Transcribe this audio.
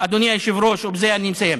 אדוני היושב-ראש, ובזה אני מסיים,